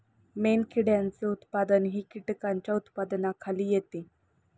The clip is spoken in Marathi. मेणकिड्यांचे उत्पादनही कीटकांच्या उत्पादनाखाली येते